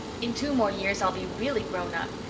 in two more years i'll be really grown up.